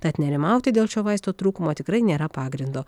tad nerimauti dėl šio vaisto trūkumo tikrai nėra pagrindo